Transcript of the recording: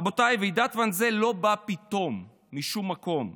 רבותיי, ועידת ואנזה לא באה פתאום משום מקום.